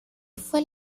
fue